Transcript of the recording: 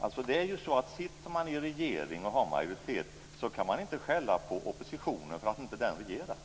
Sitter man i en regering och har majoritet kan man inte skälla på oppositionen för att den inte regerar.